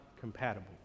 compatible